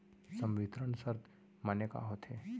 संवितरण शर्त माने का होथे?